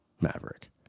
Maverick